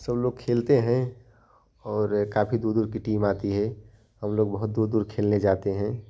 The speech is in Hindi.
सब लोग खेलते हैं और काफ़ी दूर दूर की टीम आती है हम लोग बहुत दूर दूर खेलने जाते हैं